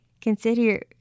Consider